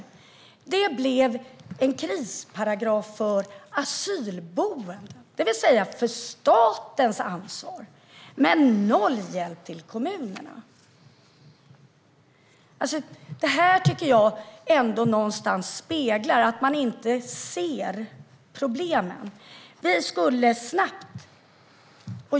I stället har det blivit en krisparagraf för asylboenden, det vill säga för statens ansvar, men noll hjälp till kommunerna. Det här tycker jag speglar att man inte ser problemen.